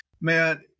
man